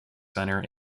center